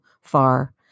far